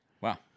Wow